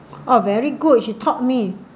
oh very good she taught me